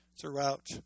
throughout